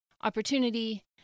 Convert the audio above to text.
opportunity